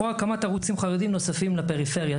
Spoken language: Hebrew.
או הקמת ערוצים חרדיים נוספים לפריפריה,